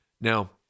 Now